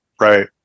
right